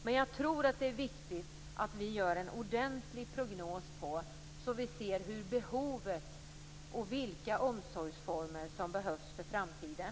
Men jag tror att det är viktigt att vi gör en ordentligt prognos, så att vi ser vilka behoven är och vilka omsorgsformer som behövs i framtiden.